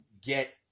get